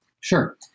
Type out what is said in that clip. Sure